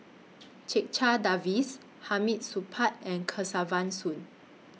Checha Davies Hamid Supaat and Kesavan Soon